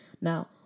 Now